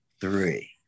three